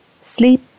sleep